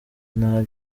nta